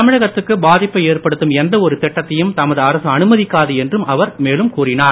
தமிழகத்துக்கு பாதிப்பை ஏற்படுத்தும் எந்த ஒரு திட்டத்தையும் தமது அரசு அனுமதிக்காது என்றும் அவர் மேலும் கூறினார்